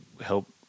help